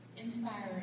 Inspiring